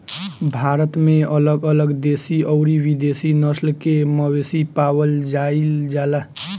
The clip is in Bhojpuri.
भारत में अलग अलग देशी अउरी विदेशी नस्ल के मवेशी पावल जाइल जाला